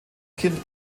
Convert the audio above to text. kind